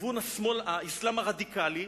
לכיוון האסלאם הרדיקלי.